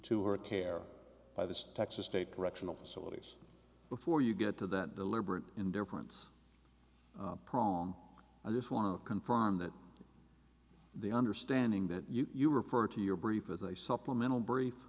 to her care by the texas state correctional facilities before you get to that deliberate indifference prong and i just want to confirm that the understanding that you refer to your brief as a supplemental brief